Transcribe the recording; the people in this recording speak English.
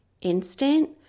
instant